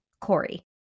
Corey